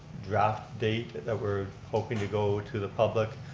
draft date that we're hoping to go to the public.